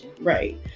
right